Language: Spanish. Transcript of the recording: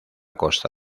costa